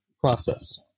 process